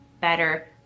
better